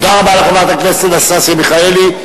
תודה רבה לחברת הכנסת אנסטסיה מיכאלי.